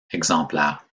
exemplaires